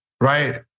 right